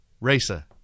racer